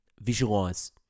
Visualize